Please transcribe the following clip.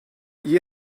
i̇yi